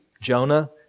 Jonah